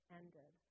ended